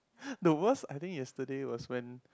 the worst I think yesterday was when